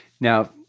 Now